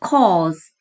CAUSE